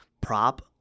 prop